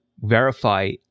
verify